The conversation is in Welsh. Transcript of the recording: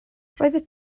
roeddet